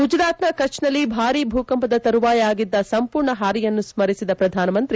ಗುಜರಾತ್ನ ಕಭ್ನಲ್ಲಿ ಭಾರಿ ಭೂಕಂಪದ ತರುವಾಯ ಆಗಿದ್ದ ಸಂಪೂರ್ಣ ಹಾನಿಯನ್ನು ಸ್ಮರಿಸಿದ ಪ್ರಧಾನಮಂತ್ರಿ